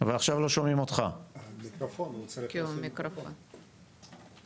אמור להצטרף לזום הזה